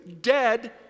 dead